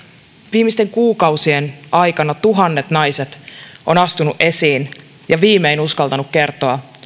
viimeisten kuukausien aikana tuhannet naiset ovat astuneet esiin ja viimein uskaltaneet kertoa